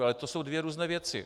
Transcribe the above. Ale to jsou dvě různé věci.